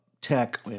tech